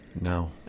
No